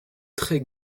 très